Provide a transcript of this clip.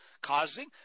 causing